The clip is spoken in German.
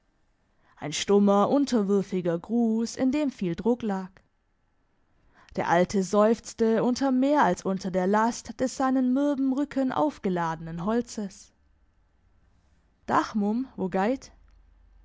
ein stummer unterwürfiger gruss in dem viel druck lag der alte seufzte unter mehr als unter der last des seinem mürben rücken aufgeladenen holzes dag mumm wo geit